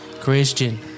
Christian